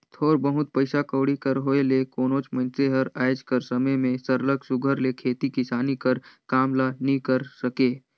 थोर बहुत पइसा कउड़ी कर होए ले कोनोच मइनसे हर आएज कर समे में सरलग सुग्घर ले खेती किसानी कर काम ल नी करे सके